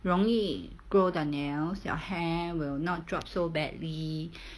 容易 grow their nails your hair will not drop so badly